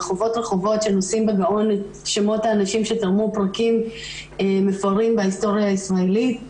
רחובות עם שמות האנשים שתרמו להיסטוריה הישראלית,